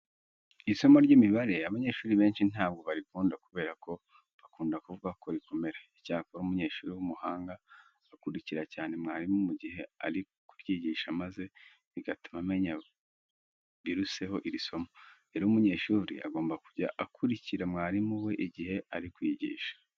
Isomo ry'imibare abanyeshuri benshi ntabwo barikunda kubera ko bakunda kuvuga ko rikomera. Icyakora umunyeshuri w'umuhanga akurikira cyane mwarimu mu gihe ari kuryigisha maze bigatuma amenya biruseho iri somo. Rero umunyeshuri agomba kujya akurikira mwarimu we igihe ari kwigisha.